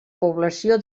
població